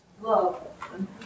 Love